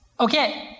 okay,